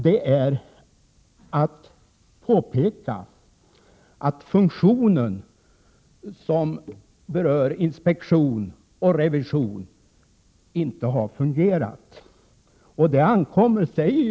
Det är att påpeka att den funktion som berör inspektion och revision inte har fungerat, Nils Berndtson.